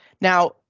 Now